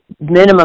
minimum